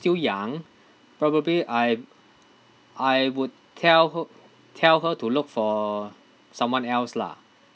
still young probably I I would tell her tell her to look for someone else lah